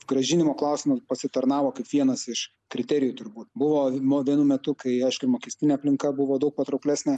grąžinimo klausimas pasitarnavo kaip vienas iš kriterijų turbūt buvo mo vienu metu kai aišku ir mokestinė aplinka buvo daug patrauklesnė